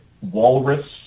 Walrus